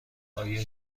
آیا